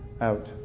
out